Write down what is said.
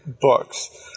books